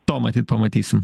to matyt pamatysim